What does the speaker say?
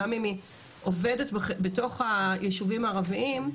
עובדת בתוך היישובים בערביים,